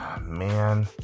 man